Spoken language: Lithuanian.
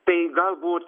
tai galbūt